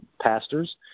pastors